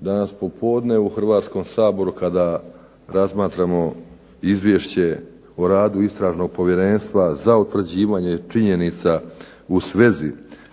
danas popodne u Hrvatskom saboru kada razmatramo izvješće o radu Istražnog povjerenstva za utvrđivanje činjenica u svezi